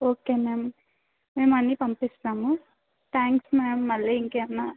okay ma'am మేము అన్నీ పంపిస్తాము థ్యాంక్స్ మ్యామ్ మళ్ళీ ఇంకేమన్నా